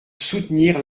soutenir